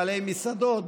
בעלי מסעדות,